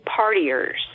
partiers